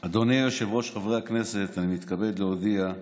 אדוני היושב-ראש, חברי הכנסת, אני מתכבד להודיע,